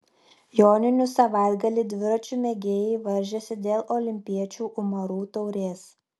joninių savaitgalį dviračių mėgėjai varžėsi dėl olimpiečių umarų taurės